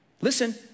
Listen